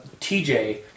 TJ